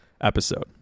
episode